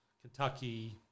Kentucky